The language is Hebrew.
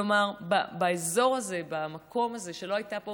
כלומר, באזור הזה, במקום הזה, שלא הייתה פה